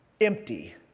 empty